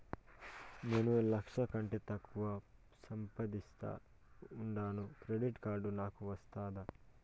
నేను లక్ష కంటే తక్కువ సంపాదిస్తా ఉండాను క్రెడిట్ కార్డు నాకు వస్తాదా